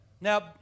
Now